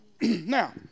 Now